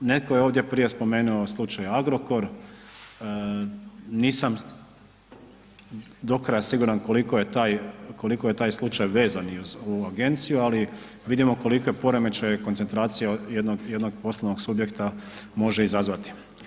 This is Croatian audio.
Netko je ovdje prije spomenuo slučaj Agrokor, nisam do kraja siguran koliko je taj slučaj vezan i uz ovu agenciju ali vidimo koliko je poremećaja i koncentracije jednog poslovnog subjekta može izazvati.